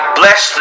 bless